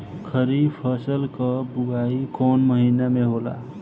खरीफ फसल क बुवाई कौन महीना में होला?